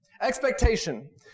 Expectation